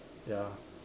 ya